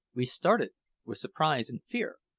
we started with surprise and fear,